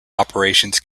operations